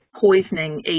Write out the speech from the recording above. poisoning